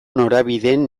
norabideen